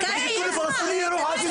אתה בן אדם לא מעניין.